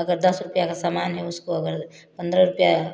अगर दस रुपया का समान है उसको अगर पंद्रह रुपया